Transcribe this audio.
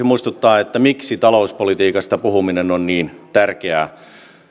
muistuttaa miksi talouspolitiikasta puhuminen on niin tärkeää